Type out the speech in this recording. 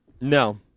No